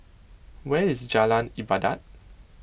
where is Jalan Ibadat